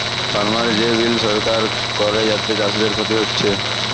farmer যে bill সরকার করে যাতে চাষীদের ক্ষতি হচ্ছে